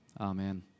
Amen